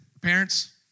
parents